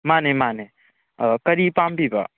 ꯃꯥꯅꯦ ꯃꯥꯅꯦ ꯀꯔꯤ ꯄꯥꯝꯕꯤꯕ